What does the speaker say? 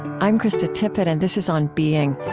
i'm krista tippett, and this is on being.